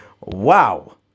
Wow